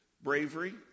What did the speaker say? Bravery